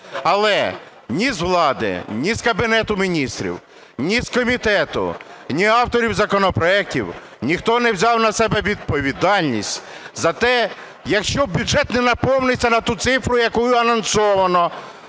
Але ні з влади, ні з Кабінету Міністрів, ні з комітету, ні з авторів законопроектів – ніхто не взяв на себе відповідальність за те, якщо бюджет не наповниться на ту цифру, яку анонсовано